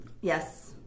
Yes